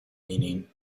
meaning